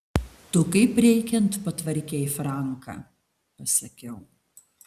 tu kaip reikiant patvarkei franką pasakiau